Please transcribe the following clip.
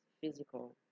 physical